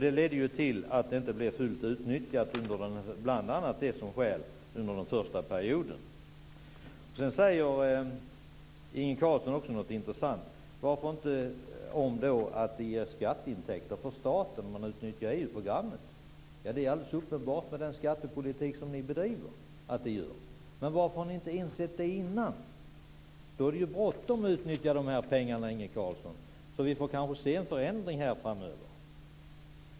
Det ledde till att programmet inte blev fullt utnyttjat under den första perioden. Inge Carlsson sade någonting intressant om att det skulle ge skatteintäkter för staten om man utnyttjar EU-programmet. Det är alldeles uppenbart med den skattepolitik ni bedriver. Varför har ni inte insett det innan? Det är bråttom att utnyttja pengarna. Vi får kanske se en förändring framöver.